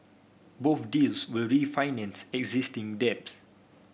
both deals will refinance existing debts